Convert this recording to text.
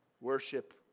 worship